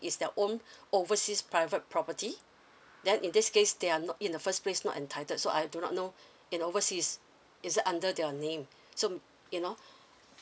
is their own overseas private property then in this case they are not in the first place not entitled so I do not know in oversea is it under their name so you know